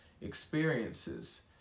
experiences